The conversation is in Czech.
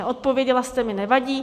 Neodpověděla jste mi, nevadí.